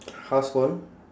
house phone